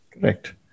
Correct